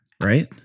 Right